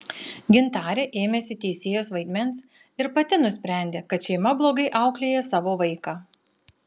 gintarė ėmėsi teisėjos vaidmens ir pati nusprendė kad šeima blogai auklėja savo vaiką